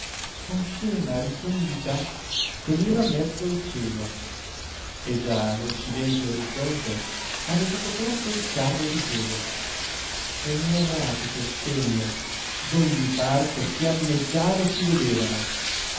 con scema ritondità teneva mezzo il cielo e già occidente orizzonte aveva coperto il carro di febo e le erratiche stelle d ogni parte fiammeggiare si vedevano